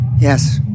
Yes